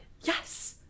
Yes